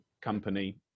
company